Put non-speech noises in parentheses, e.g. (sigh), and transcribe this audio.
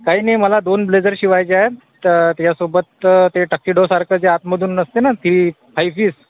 काही नाही मला दोन ब्लेझर शिवायचे आहेत तर त्याच्यासोबत ते टक्कीडोसारखं जे आतमधून असते ना (unintelligible)